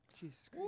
Jesus